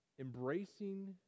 Embracing